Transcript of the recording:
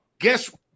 guess